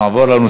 נתקבלה.